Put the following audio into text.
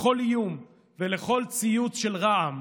לכל איום ולכל ציוץ של רע"מ,